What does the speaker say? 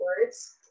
words